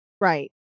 Right